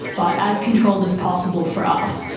but as controlled as possible for us.